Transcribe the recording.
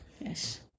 Yes